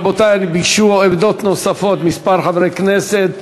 רבותי, ביקשו עמדות נוספות כמה חברי כנסת.